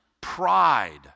pride